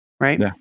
Right